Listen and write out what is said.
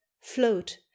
float